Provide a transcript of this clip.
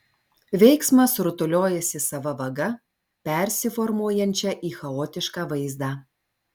veiksmas rutuliojasi sava vaga persiformuojančia į chaotišką vaizdą